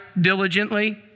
diligently